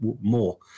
more